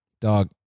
Dog